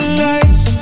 lights